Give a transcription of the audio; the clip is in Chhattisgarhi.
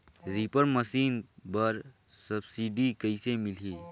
रीपर मशीन बर सब्सिडी कइसे मिलही?